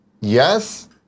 Yes